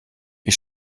ich